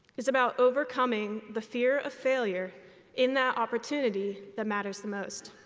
it's about overcoming the fear of failure in that opportunity that matters the most.